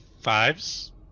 Fives